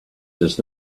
does